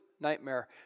nightmare